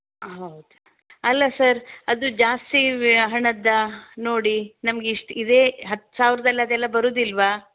ಹೌದು ಅಲ್ಲ ಸರ್ ಅದು ಜಾಸ್ತಿ ಇವ್ ಹಣದ್ದಾ ನೋಡಿ ನಮಗೆ ಇಷ್ಟು ಇದೇ ಹತ್ತು ಸಾವಿರದಲ್ಲಿ ಅದೆಲ್ಲ ಬರುದಿಲ್ವಾ